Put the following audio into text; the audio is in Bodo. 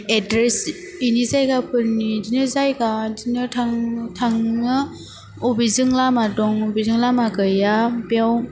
एड्रेस इनि जायगाफोरनि इदिनो जायगा इदिनो थां थांङो अबेजों लामा दं अबेजों लामा गैया बेयाव